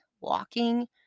walking